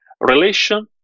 relation